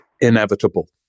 inevitable